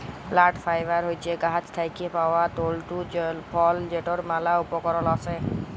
plant fibre হছে গাহাচ থ্যাইকে পাউয়া তল্তু ফল যেটর ম্যালা উপকরল আসে